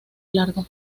largo